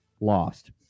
lost